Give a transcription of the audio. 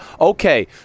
okay